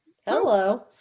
hello